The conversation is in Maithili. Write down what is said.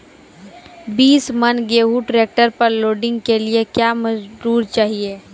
बीस मन गेहूँ ट्रैक्टर पर लोडिंग के लिए क्या मजदूर चाहिए?